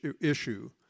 issue